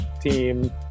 team